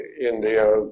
India